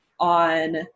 on